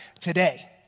today